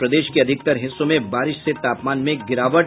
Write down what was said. और प्रदेश के अधिकतर हिस्सों में बारिश से तापमान में गिरावट